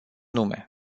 lume